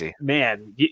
man